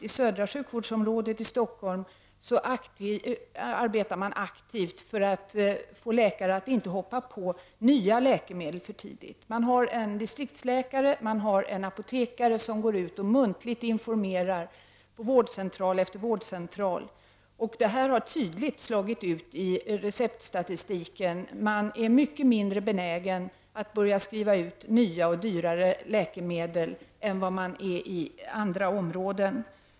I södra sjukvårdsområdet i Stockholm arbetar man på samma sätt aktivt med att få läkare att inte skriva ut nya läkemedel för tidigt. Det finns en distriktsläkare och en apotekare som går ut och muntligt informerar vårdcentral efter vårdcentral. Detta har tydligt visat sig i receptstatistiken. Man är mycket mindre benägen att börja skriva ut nya och dyrare läkemedel än vad man är i andra områden.